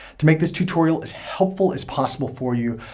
to make this tutorial as helpful as possible for you,